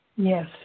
Yes